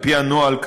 על-פי הנוהל,